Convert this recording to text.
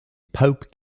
pope